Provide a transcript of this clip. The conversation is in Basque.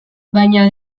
baina